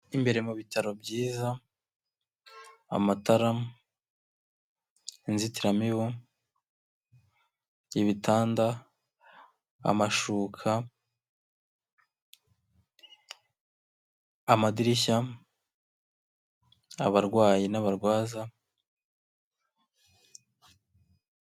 Imbere mu bitaro byiza, amatara, inzitiramibu, ibitanda, amashuka, amadirishya, abarwayi n'abarwaza.